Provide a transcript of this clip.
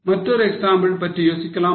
மற்றொரு எக்ஸாம்பிள் பற்றி யோசிக்கலாமா